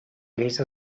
lleis